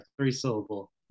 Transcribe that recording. three-syllable